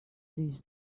this